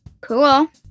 Cool